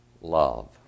love